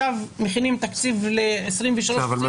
אני